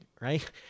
right